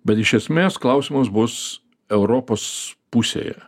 bet iš esmės klausimas bus europos pusėje